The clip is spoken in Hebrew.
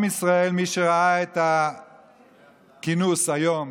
עם ישראל, מי שראה את הכינוס היום